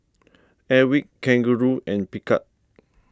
Airwick Kangaroo and Picard